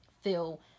feel